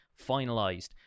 finalized